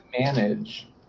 Manage